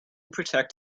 protect